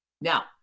Now